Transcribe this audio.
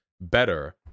better